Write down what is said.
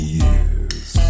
years